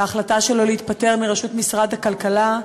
וההחלטה שלו להתפטר מראשות משרד הכלכלה,